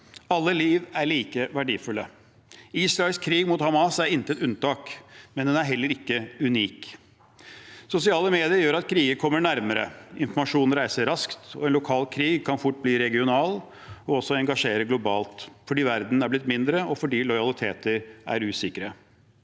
Alle liv er like verdifulle. Israels krig mot Hamas er intet unntak, men den er heller ikke unik. Sosiale medier gjør at kriger kommer nærmere. Informasjon reiser raskt, og en lokal krig kan fort bli regional og også engasjere globalt fordi verden er blitt mindre og lojaliteter er usikre.